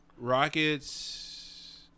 Rockets